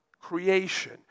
creation